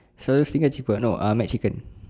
so Zinger cheaper no ah Mcchicken